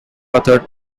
authored